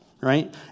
right